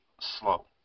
slow